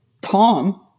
Tom